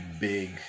big